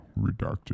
Redacted